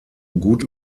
gut